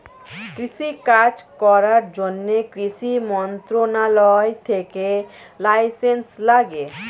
কৃষি কাজ করার জন্যে কৃষি মন্ত্রণালয় থেকে লাইসেন্স লাগে